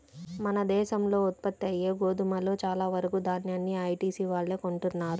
మన దేశంలో ఉత్పత్తయ్యే గోధుమలో చాలా వరకు దాన్యాన్ని ఐటీసీ వాళ్ళే కొంటన్నారు